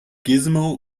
gizmo